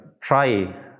try